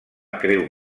creu